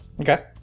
Okay